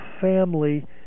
family